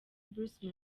bruce